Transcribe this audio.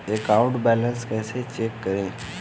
Account balance कैसे check करें?